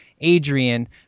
Adrian